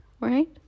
right